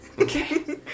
Okay